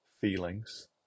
feelings